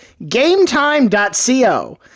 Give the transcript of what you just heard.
gametime.co